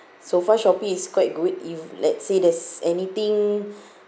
so far shopee is quite good if let's say there's anything